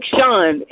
Sean